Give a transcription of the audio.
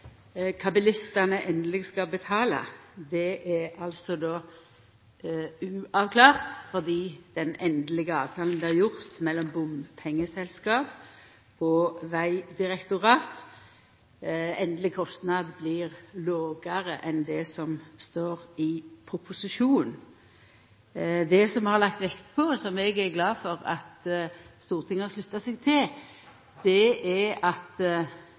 bilistane endeleg skal betala, er uavklart fordi den endelege avtalen vart gjord mellom bompengeselskapet og Vegdirektoratet, endeleg kostnad blir lågare enn det som står i proposisjonen. Det som eg har lagt vekt på, og som eg er glad for at Stortinget har slutta seg til, er at